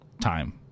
time